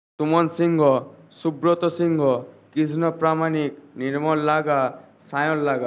তুমন সিংহ সুব্রত সিংহ কৃষ্ণ প্রামাণিক নির্মল লাগা সায়ন লাগা